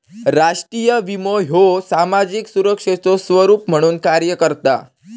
राष्ट्रीय विमो ह्यो सामाजिक सुरक्षेचो स्वरूप म्हणून कार्य करता